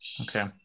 Okay